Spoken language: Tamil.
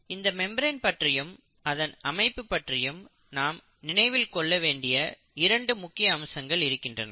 இந்த மெம்பிரேன் பற்றியும் அதன் அமைப்பு பற்றியும் நாம் நினைவில் கொள்ள வேண்டிய இரண்டு முக்கிய அம்சங்கள் இருக்கின்றன